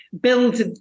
build